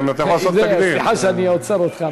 ככה אתה בתוך השאלות,